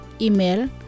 Email